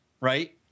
right